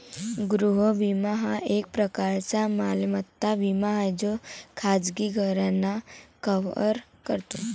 गृह विमा हा एक प्रकारचा मालमत्ता विमा आहे जो खाजगी घरांना कव्हर करतो